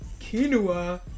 quinoa